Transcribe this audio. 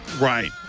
Right